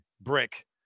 Brick